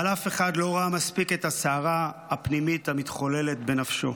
אבל אף אחד לא ראה מספיק את הסערה הפנימית המתחוללת בנפשו.